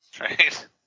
Right